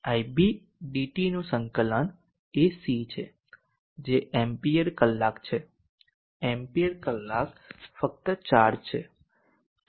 ib dt નું સંકલન એ C છે જે એમ્પીયર કલાક છે એમ્પીયર કલાક ફક્ત ચાર્જ છે